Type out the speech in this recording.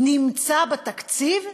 נמצא בתקציב?